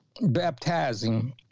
baptizing